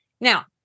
Now